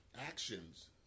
Actions